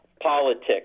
politics